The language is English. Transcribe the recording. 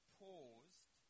paused